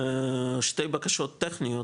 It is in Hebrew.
שתי בקשות טכניות,